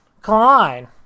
Klein